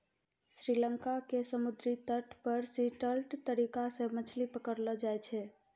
श्री लंका के समुद्री तट पर स्टिल्ट तरीका सॅ मछली पकड़लो जाय छै